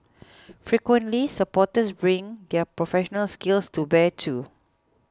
frequently supporters bring their professional skills to bear too